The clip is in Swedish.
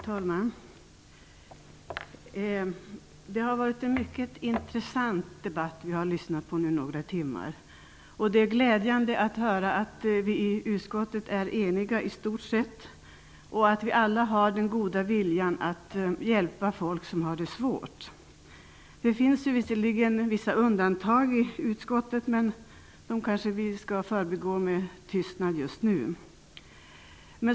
Herr talman! Det har varit en mycket intressant debatt som vi nu har lyssnat på i några timmar. Det är glädjande att höra att vi i stort sett är eniga i utskottet och att vi alla har den goda viljan att hjälpa folk som har det svårt. Det finns visserligen vissa undantag i utskottet, men de skall vi kanske förbigå med tystnad just nu.